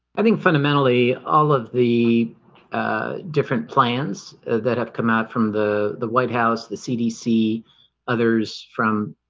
i think fundamentally all of the ah different plans that have come out from the the white house the cdc others from